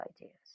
ideas